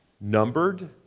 numbered